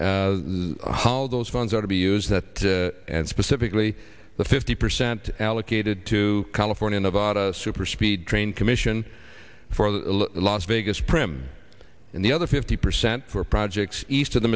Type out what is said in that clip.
how those funds are to be used that and specifically the fifty percent allocated to california nevada superspeed train commission for the las vegas prem and the other fifty percent for projects east of the